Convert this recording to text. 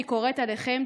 אני קוראת עליכם,